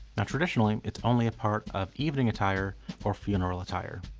traditionally it's only a part of evening attire or funeral attire,